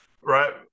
Right